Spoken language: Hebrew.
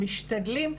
משתדלים,